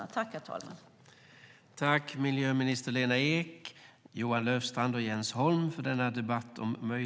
Härmed var överläggningen avslutad.